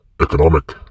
economic